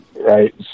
Right